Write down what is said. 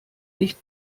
nicht